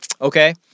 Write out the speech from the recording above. Okay